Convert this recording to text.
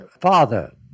father